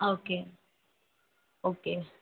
okay okay